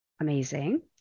amazing